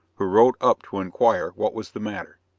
who rode up to inquire what was the matter.